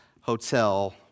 hotel